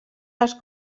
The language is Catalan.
les